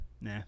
Nah